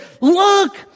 look